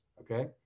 okay